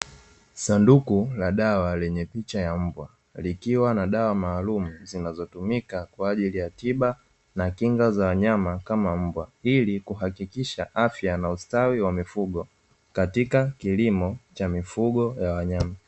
Sanduku la dawa lenye picha ya mbwa likiwa na dawa maalumu zinazotumika kwaajili ya tiba na kinga za wanyama kama mbwa, ili kuhakikisha afya na ustawi wa mifugo katika kilimo cha mifugo ya wanyama.